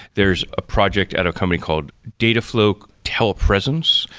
there's a project at a company called dataflow telepresence,